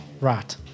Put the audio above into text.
right